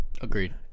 Agreed